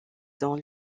dans